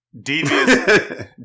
Devious